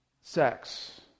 sex